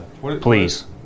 Please